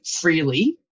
freely